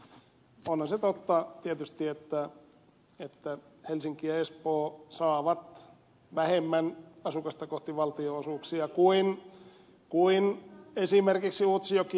onhan se totta tietysti että helsinki ja espoo saavat vähemmän asukasta kohti valtionosuuksia kuin esimerkiksi utsjoki ja inari